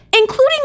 Including